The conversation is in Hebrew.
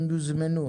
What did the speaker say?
הם יוזמנו.